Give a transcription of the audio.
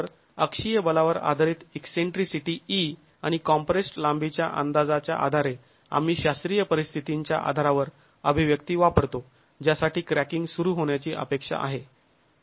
तर अक्षीय बलावर आधारित ईकसेंट्रीसिटी e आणि कॉम्प्रेस्ड् लांबीच्या अंदाजाच्या आधारे आम्ही शास्त्रीय परिस्थितींच्या आधारावर अभिव्यक्ती वापरतो ज्यासाठी क्रॅकिंग सुरू होण्याची अपेक्षा आहे